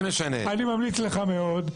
ממליץ לך מאוד,